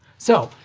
so,